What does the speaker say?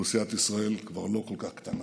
אוכלוסיית ישראל היא כבר לא כל כך קטנה.